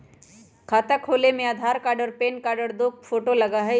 खाता खोले में आधार कार्ड और पेन कार्ड और दो फोटो लगहई?